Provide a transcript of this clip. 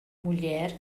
mulher